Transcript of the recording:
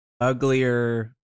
uglier